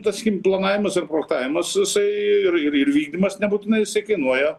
tas skim planavimas ir projektavinas jisai ir ir ir vykdymas nebūtinai jisai kainuoja